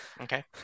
Okay